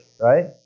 right